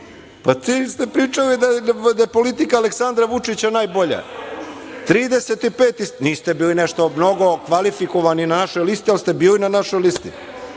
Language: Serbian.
Vi ste pričali da je politika Aleksandra Vučića najbolja. Trideset i peti, niste bili nešto mnogo kvalifikovani na našoj listi, ali ste bili na našoj listi.